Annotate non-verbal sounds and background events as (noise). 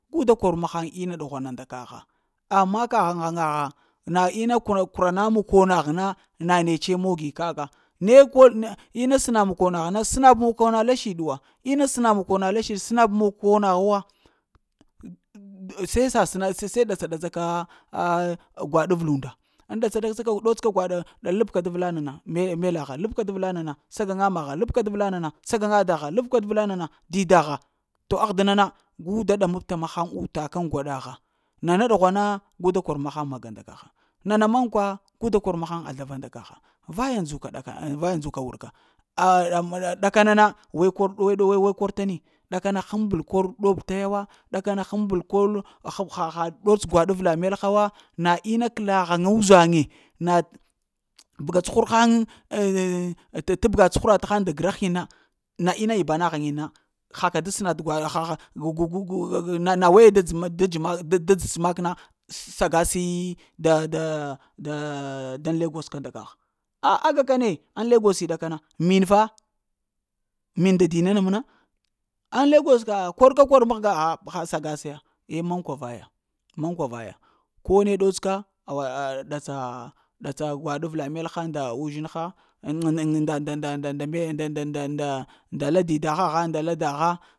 Gu da kor mahaŋ ma ɗughwana, nda kaha, amma kahaŋ haŋaha, na ina kur kura na makonaha na na nece mogi kaka, ne kəl na ina sna makənah na sna makəna la siɗu wa, mna sna makona la siɗi sna makona huwa seh sasna se-se sey ɗatsa-ɗatsa ka a’ ah gwaɗa ka ɗots ka gwaɗ ɗ labka ɗa labka da vla nana le melaha, labka da vla nana sagaŋa maha, labka da vla nana sagaŋa daha. Labka da vla nana didaha. To ahdəena na gu da ɗa mabta mahaŋ utakaŋ gwaɗaha. Nana ɗughwana guda kor mahaŋ maga nda kaha, nana mankwa, gu da kor mahaŋ a zlava nda kaha, vaya ndzuka ɗakam vaya ndzuka wurka a'aha ma dakana na, we kor, we ɗow, we kor tani ɗakana həm bel kor ɗob ta ya wa ɗaka kana limbel kol heha-ha ɗots gwaɗ avla melha wa, na inna kəela ghaŋa uzhaŋe na bəga cuhur haŋ ŋ (hesitation) t'tabga cuhuratahaŋ nda grahin na, na in yibana haŋin na, ha ka da sna t’ gwa (hesitation) gu-gu na-na-na waye da dz ma-da-dzə mak na sa gasi dah-da-da-dan legos ka nda kaha; a aya ka ne in legosi ɗaka na, min fa, min nda dina na məena, ŋ legos ka kor ka kol ka kor mahga, a saga sayo, eh mankwa vaya, mankwa vaya ko ne ɗots ka, va datsa, datsa gwaɗ avla melha nɗa uzhinha ŋ (hesitation) nda-nda-nda-nda me nda nda nda-nda la didia haha nda daha